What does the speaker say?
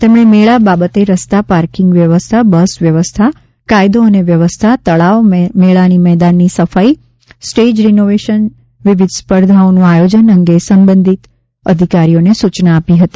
તેમણે મેળા બાબતે રસ્તા પાર્કિંગ વ્યવસ્થા બસ વ્યવસ્થા કાયદો અને વ્યવસ્થા તળાવ મેળાના મેદાનની સફાઇ સ્ટેજ રીનોવેશન વિવિધ સ્પર્ધાઓનું આયોજન અંગે સંબંધિત અધિકારીઓને સૂચનાઓ આપી હતી